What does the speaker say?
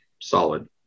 solid